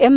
M